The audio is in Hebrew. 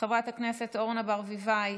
חברת הכנסת אורנה ברביבאי,